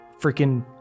freaking